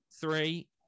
three